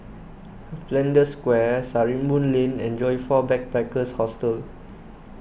Flanders Square Sarimbun Lane and Joyfor Backpackers' Hostel